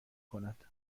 کند